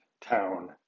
town